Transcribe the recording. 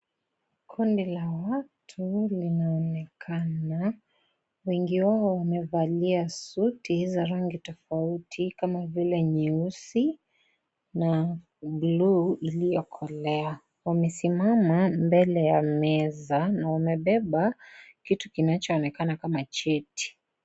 Kundi la watu linaonekana wengi wao wamevalia suti za rangi tofauti kama vile nyeusi na bluu iliyo kolea, wamesimama mbele ya meza na wamebeba kitu kinachoonekana kama cheti.